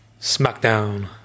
SmackDown